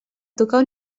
tocar